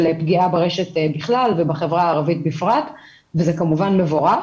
פגיעה ברשת בכלל ובחברה הערבית בפרט וזה כמובן מבורך.